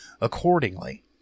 accordingly